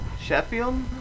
Sheffield